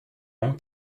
rangs